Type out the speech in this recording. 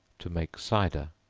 to make cider.